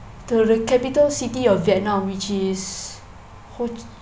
the capital city of vietnam which is [ho]